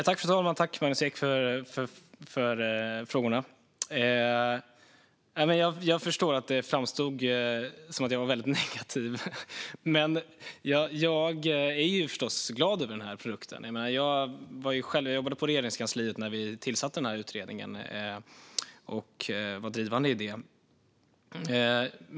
Fru talman! Tack, Magnus Ek, för frågorna! Jag förstår att jag framstod som väldigt negativ, men jag är förstås glad över den här produkten. Jag jobbade i Regeringskansliet när vi tillsatte den här utredningen och var drivande i det.